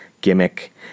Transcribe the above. gimmick